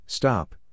Stop